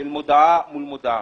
מודעה מול מודעה.